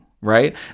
right